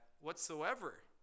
whatsoever